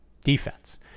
defense